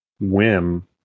whim